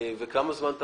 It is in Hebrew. כמה זמן אתה